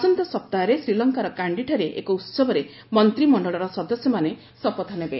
ଆସନ୍ତା ସପ୍ତାହରେ ଶ୍ରୀଲଙ୍କାର କାଣ୍ଡିଠାରେ ଏକ ଉସବରେ ମନ୍ତ୍ରିମଣ୍ଡଳର ସଦସ୍ୟମାନେ ଶପଥ ନେବେ